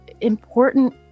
important